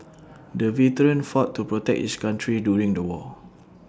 the veteran fought to protect his country during the war